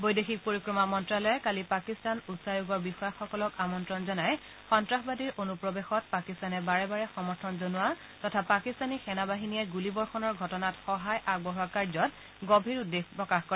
বৈদেশিক পৰিক্ৰমা মন্ত্যালয়ে কালি পাকিস্তান উচ্চায়োগৰ বিষয়াসকলক আমন্ত্ৰণ জনাই সন্ত্ৰাসবাদীৰ অনুপ্ৰৱেশত পাকিস্তানে বাৰে বাৰে সমৰ্থন জনোৱা তথা পাকিস্তানী সেনা বাহিনীয়ে গুলীবৰ্ষণৰ ঘটনাত সহায় আগবঢ়োৱা কাৰ্যত গভীৰ উদ্বেগ প্ৰকাশ কৰে